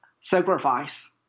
sacrifice